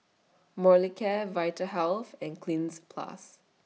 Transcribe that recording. Molicare Vitahealth and Cleanz Plus